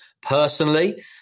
Personally